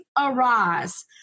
arise